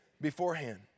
beforehand